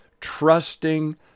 trusting